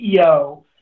CEO